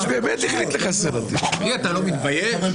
אני מבין שבינתיים הדבר לא בא לידי ביטוי אבל צריך לומר,